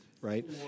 right